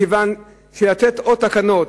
מכיוון שלתת עוד תקנות,